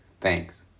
Thanks